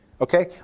Okay